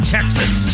Texas